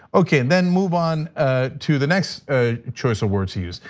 okay, then move on to the next choice of words he used.